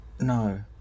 No